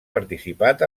participat